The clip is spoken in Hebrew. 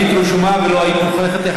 היית רשומה ולא היית נוכחת.